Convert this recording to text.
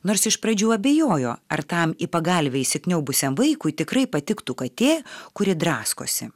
nors iš pradžių abejojo ar tam į pagalvę įsikniaubusiam vaikui tikrai patiktų katė kuri draskosi